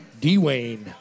Dwayne